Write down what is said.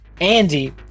Andy